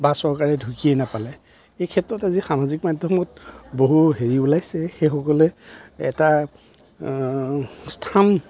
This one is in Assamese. বা চৰকাৰে ঢুকিয়ে নাপালে এইক্ষেত্ৰত আজি সামাজিক মাধ্যমত বহু হেৰি ওলাইছে সেইসকলে এটা স্থান